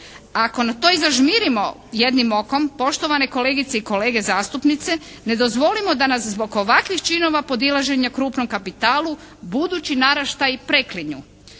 Ako na to i zažmirimo jednim okom, poštovane kolegice i kolege zastupnice, ne dozvolimo da nas zbog ovakvih činova podilaženja krupnom kapitalu budući naraštaji preklinju.